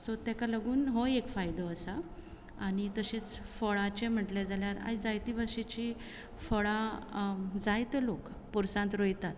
so ताका लागून हो एक फायदो आसा आनी तशेंच फळाचे म्हटलें जाल्यार आयज जायती भाशेची फळां जायत लोक पुरसांत रोयतात